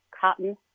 cotton